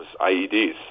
IEDs